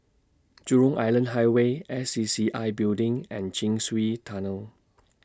Jurong Island Highway S C C I Building and Chin Swee Tunnel